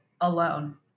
alone